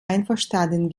einverstanden